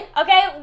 okay